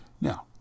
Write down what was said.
now